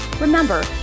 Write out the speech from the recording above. Remember